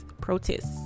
protests